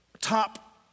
top